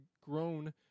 grown